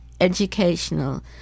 educational